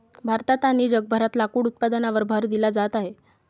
भारतात आणि जगभरात लाकूड उत्पादनावर भर दिला जात आहे